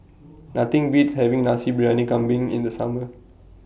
Nothing Beats having Nasi Briyani Kambing in The Summer